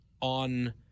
on